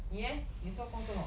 你 eh 你做工做什么:ni zuo gong zuo me